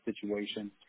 situation